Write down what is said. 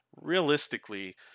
realistically